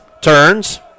turns